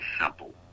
simple